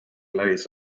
lace